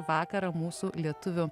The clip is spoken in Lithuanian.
vakarą mūsų lietuvių